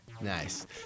Nice